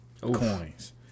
coins